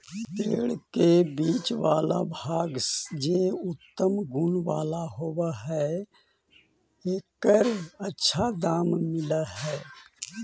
पेड़ के बीच वाला भाग जे उत्तम गुण वाला होवऽ हई, एकर अच्छा दाम मिलऽ हई